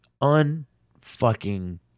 unfucking